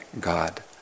God